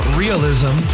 realism